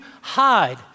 hide